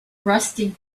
rusty